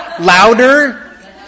Louder